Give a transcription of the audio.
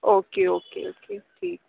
okay okay okay ٹھیک